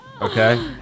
Okay